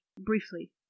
briefly